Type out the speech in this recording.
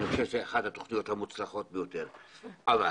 זאת אחת התוכניות המוצלחות ביותר, לדעתי.